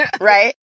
right